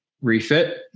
refit